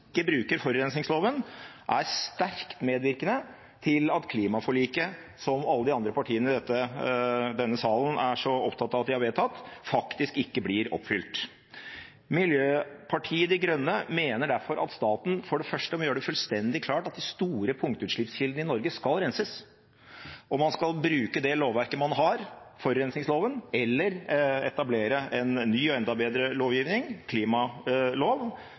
bruker forurensningsloven, er sterkt medvirkende til at klimaforliket, som alle de andre partiene i denne salen er så opptatt av at de har vedtatt, faktisk ikke blir oppfylt. Miljøpartiet De Grønne mener derfor at staten for det første må gjøre det fullstendig klart at de store punktutslippskildene i Norge skal renses, og man skal bruke det lovverket man har, forurensningsloven, eller etablere en ny og enda bedre lovgivning, en klimalov,